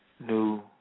New